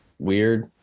weird